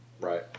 Right